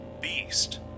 beast